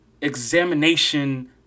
examination